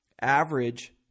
Average